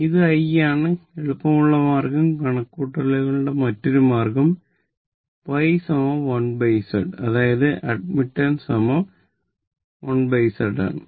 ഇത് I ആണ് എളുപ്പമുള്ള കണക്കുകൂട്ടലിന്റെ മറ്റൊരു മാർഗ്ഗം Y 1 Z അതായത് അഡ്മിറ്റൻസ് 1 Z ആണ്